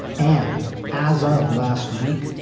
and as of last week,